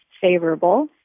favorable